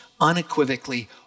unequivocally